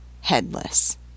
headless